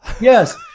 Yes